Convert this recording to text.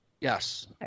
Yes